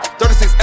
36